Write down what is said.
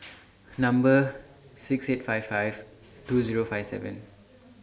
Number six eight five five two Zero five nine